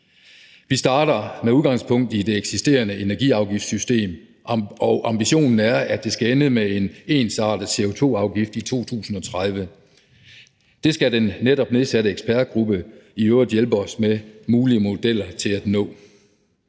Vi starter med udgangspunkt i det eksisterende energiafgiftssystem, og ambitionen er, at det skal ende med en ensartet CO2-afgift i 2030. Det skal den netop nedsatte ekspertgruppe i øvrigt hjælpe os til at nå